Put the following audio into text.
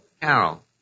Carol